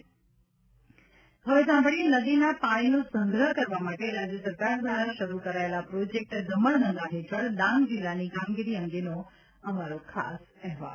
ખાસ અહેવાલ હવે સાંભળીએ નદીના પાણીનો સંગ્રહ કરવા માટે રાજ્ય સરકાર દ્વારા શરૂ કરાયેલા પ્રોજેક્ટ દમણ ગંગા હેઠળ ડાંગ જિલ્લાની કામગીરી અંગેનો ખાસ અહેવાલ